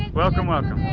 welcome welcome